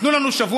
תנו לנו שבוע,